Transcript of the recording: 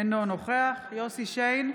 אינו נוכח יוסף שיין,